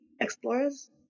explorers